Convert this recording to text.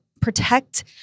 Protect